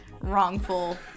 wrongful